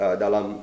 dalam